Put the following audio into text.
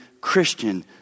Christian